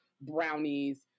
brownies